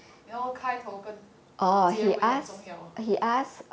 you know 开头跟结尾很重要